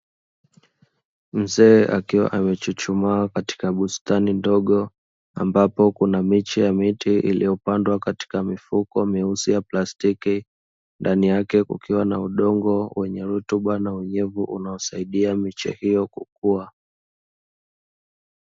Mzee akiwa amechuchumaa katika bustani ndogo, ambapo kuna miche ya miti iliyopandwa katika mifuko myeusi ya plastiki, ndani yake kukiwa na udongo wenye rutuba na unyevu, unaosaidia miche hiyo kukua.